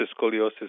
scoliosis